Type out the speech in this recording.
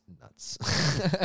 nuts